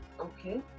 okay